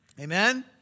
Amen